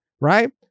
right